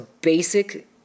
basic